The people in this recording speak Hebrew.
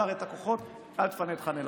עצר את הכוחות: אל תפנו את ח'אן אל-אחמר.